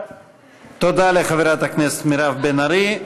תודה לחברת הכנסת מירב בן ארי.